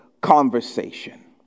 conversation